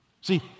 See